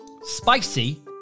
Spicy